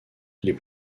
les